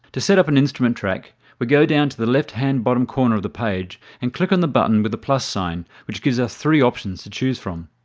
to set up an instrument track we go down to the left hand bottom corner of the page and click on the button with the plus sign which gives us three options to choose from.